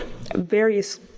various